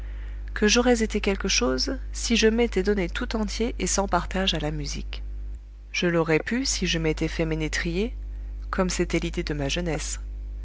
que j'aurais été quelque chose si je m'étais donné tout entier et sans partage à la musique je l'aurais pu si je m'étais fait ménétrier comme c'était l'idée de ma jeunesse